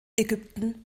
ägypten